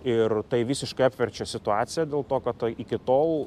ir tai visiškai apverčia situaciją dėl to kad a iki tol